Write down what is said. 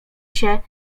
się